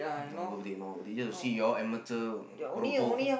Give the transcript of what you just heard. not worth it not worth it it's just to see you all ametuer keropok